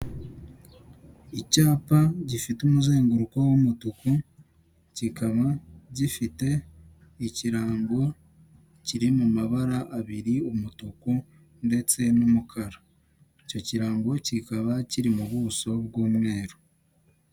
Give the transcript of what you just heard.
Icyapa gifite umuzenguruko w'umutuku kikaba gifite ikirango kiri mu mabara abiri umutuku ndetse n'umukara icyo kirango kikaba kiri mu buso bw'umweru.